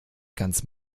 ganz